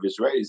Israelis